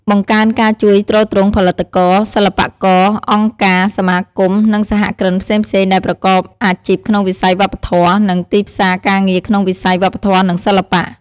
បង្កើនការជួយទ្រទ្រង់ផលិតករ សិល្បករ អង្គការ សមាគម និងសហគ្រិនផ្សេងៗដែលប្រកបអាជីពក្នុងវិស័យវប្បធម៌ និងទីផ្សារការងារក្នុងវិស័យវប្បធម៌ និងសិល្បៈ។